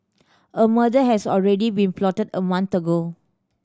a murder has already been plotted a month ago